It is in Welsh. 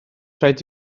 rhaid